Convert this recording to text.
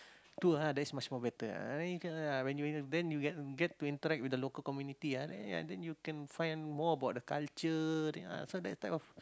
too ah that's much more better ah you can ah when you in the then you get to interact with the local community ah then ah you can find more about the culture then so that type of